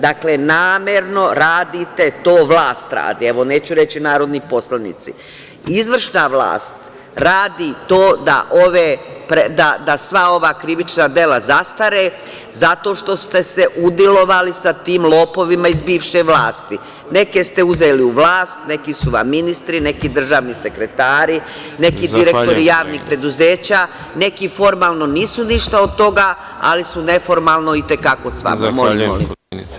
Dakle, namerno radite to, vlast radi, evo, neću reći narodni poslanici… izvršna vlast radi to da sva ova krivična dela zastare zato što ste se udilovali sa tim lopovima iz bivše vlasti, neke ste uzeli u vlast, neki su vam ministri, neki državni sekretari, neki direktori javnih preduzeća, neki formalno nisu ništa od toga, ali su neformalno i te kako sa vama.